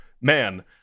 man